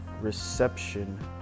reception